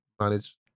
manage